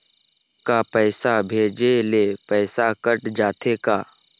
का पैसा भेजे ले पैसा कट जाथे का?